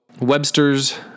Webster's